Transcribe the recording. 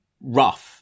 rough